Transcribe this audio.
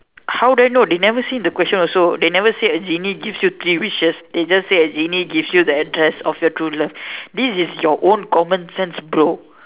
how do I know they never say in the question also they never a genie gives you three wishes they just say a genie gives you the address of your true love this is your own common sense bro